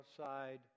outside